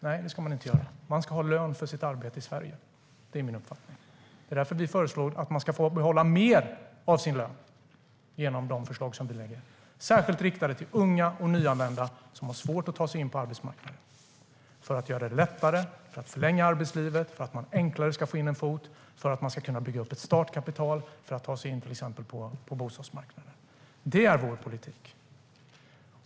Nej, det ska man inte göra. Man ska ha lön för sitt arbete i Sverige. Det är min uppfattning. Det är därför vi föreslår att man ska få behålla mer av sin lön i de förslag vi lägger fram. Det är särskilt riktat till unga och nyanlända som har svårt att ta sig in på arbetsmarknaden. Det handlar om att göra det lättare att förlänga arbetslivet och enklare att få in en fot, för att människor ska kunna bygga upp ett startkapital och till exempel kunna ta sig in på bostadsmarknaden. Det är vår politik.